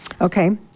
Okay